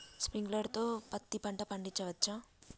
Sprinkler తో పత్తి పంట పండించవచ్చా?